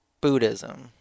Buddhism